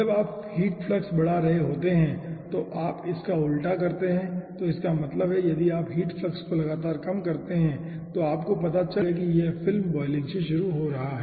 जब आप heat flux बढ़ा रहे होते हैं और यदि आप इसका उल्टा करते हैं तो इसका मतलब है कि यदि आप हीट फ्लक्स को लगातार कम करते हैं तो आपको पता चल जाएगा कि यह फिल्म बॉयलिंग से शुरू हो रहा है